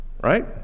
Right